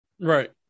Right